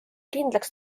kindlaks